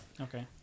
Okay